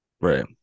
Right